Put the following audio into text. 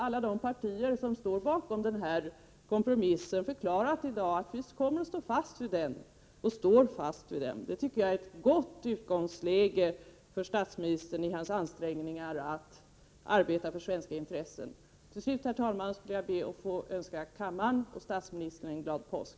Alla partier som står bakom kompromissen har i dag förklarat att vi står fast vid den och kommer att stå fast vid den. Det tycker jag är ett gott utgångsläge för statsministern i hans ansträngningar att arbeta för svenska intressen. Till slut, herr talman, ber jag att få önska kammaren och statsministern en glad påsk!